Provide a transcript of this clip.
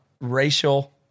racial